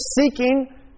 seeking